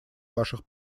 ваших